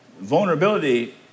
vulnerability